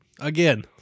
again